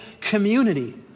community